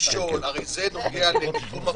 הרי זה נוגע לעובדים,